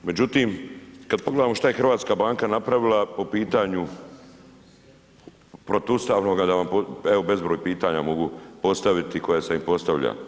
Međutim, kad pogledamo šta je Hrvatska banka napravila po pitanju protuustavnog, evo bezbroj pitanja mogu postaviti koja sam i postavljao.